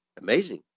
Amazing